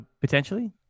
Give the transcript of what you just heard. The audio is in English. potentially